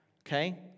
Okay